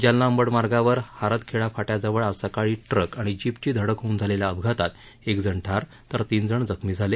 जालना अंबड मार्गावर हारतखेडा फाट्याजवळ आज सकाळी ट्रक आणि जीपची धडक होवून झालेल्या अपघातात एकजण ठार तर तीन जण जखमी झाले